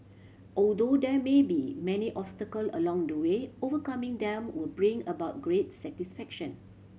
although there may be many obstacle along the way overcoming them will bring about great satisfaction